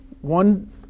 One